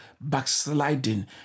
backsliding